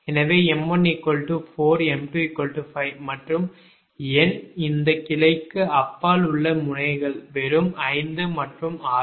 எனவே m1 4 m2 5 மற்றும் எண் இந்த கிளைக்கு அப்பால் உள்ள முனைகள் வெறும் 5 மற்றும் 6